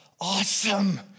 awesome